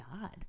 God